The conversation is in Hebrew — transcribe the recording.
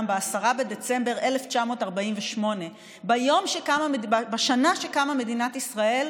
ב-10 בדצמבר 1948. בשנה שקמה מדינת ישראל,